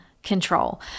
control